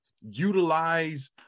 utilize